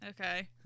Okay